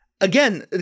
Again